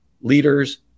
leaders